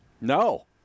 No